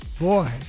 boy